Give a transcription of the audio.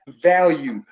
value